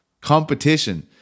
Competition